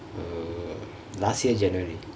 uh last year january